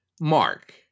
Mark